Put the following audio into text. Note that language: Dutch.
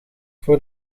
voor